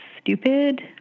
stupid